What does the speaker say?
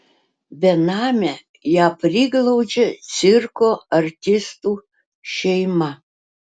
benamę ją priglaudžia cirko artistų šeima